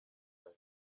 gaël